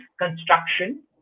construction